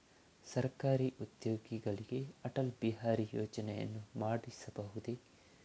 ಸರಕಾರಿ ಉದ್ಯೋಗಿಗಳಿಗೆ ಅಟಲ್ ಬಿಹಾರಿ ಯೋಜನೆಯನ್ನು ಮಾಡಿಸಬಹುದೇ?